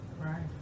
Right